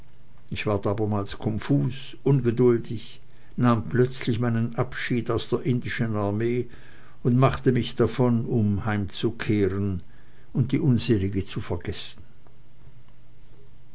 ich ward abermals konfus ungeduldig nahm plötzlich meinen abschied aus der indischen armee und machte mich davon um heimzukehren und die unselige zu vergessen